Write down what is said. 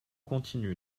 continue